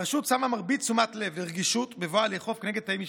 הרשות שמה את מרבית תשומת לב והרגישות בבואה לאכוף נגד תאים משפחתיים.